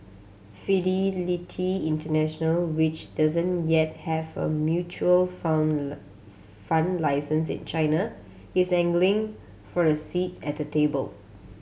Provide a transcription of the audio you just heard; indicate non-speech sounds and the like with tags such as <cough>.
Fidelity International which doesn't yet have a mutual fund <unintelligible> fund license in China is angling for a seat at the table